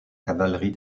cavalerie